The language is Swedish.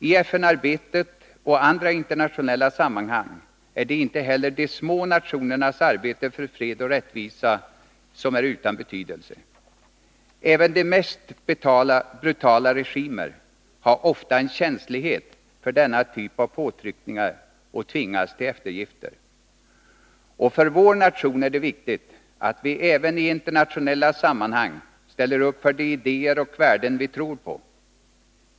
I FN-arbetet och andra internationella sammanhang är inte heller de små nationernas arbete för fred och rättvisa utan betydelse. Även de mest brutala regimer har ofta en känslighet för denna typ av påtryckningar och tvingas till eftergifter. Och för vår nation är det viktigt att vi även i internationella sammanhang ställer upp för de idéer och värden vi tror på.